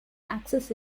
access